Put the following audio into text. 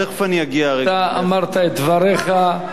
אתה אמרת את דבריך,